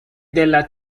della